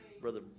Brother